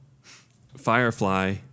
Firefly